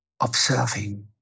observing